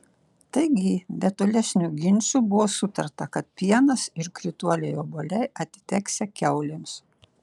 taigi be tolesnių ginčų buvo sutarta kad pienas ir krituoliai obuoliai atiteksią kiaulėms